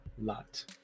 lot